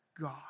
God